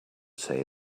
say